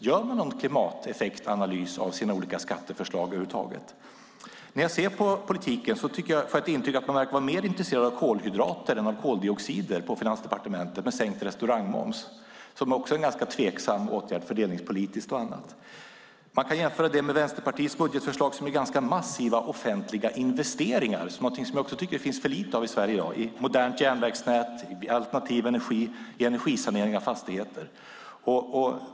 Gör man någon klimateffektanalys av sina olika skatteförslag över huvud taget? När jag ser på politiken får jag intrycket att man verkar vara mer intresserad av kolhydrater än av koldioxider på Finansdepartementet med tanke på att man sänker restaurangmomsen. Det är också en ganska tveksam fördelningspolitisk åtgärd. Det kan jämföras med Vänsterpartiets budgetförslag som innebär ganska massiva offentliga investeringar. Det är något som jag tycker att det finns för lite av i Sverige dag när det gäller ett modernt järnvägsnät, alternativ energi och energisanering av fastigheter.